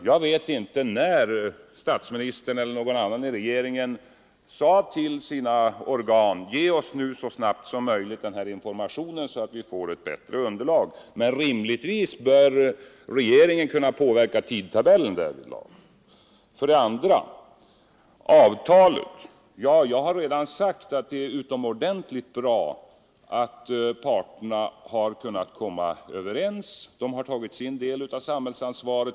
Jag vet inte om statsministern eller någon annan i regeringen har sagt till sina myndigheter att de så snabbt som möjligt skall lämna önskad information, så att vi får ett bättre underlag för bedömningarna, men regeringen bör rimligtvis kunna påverka tidtabellen därvidlag. Vad sedan avtalsuppgörelsen angår har jag redan sagt att det är utomordentligt att parterna på arbetsmarknaden har kunnat komma överens och att de har tagit sin del av samhällsansvaret.